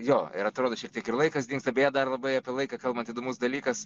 jo ir atrodo šiek tiek ir laikas dingsta beje dar labai apie laiką kalbant įdomus dalykas